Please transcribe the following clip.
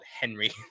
Henry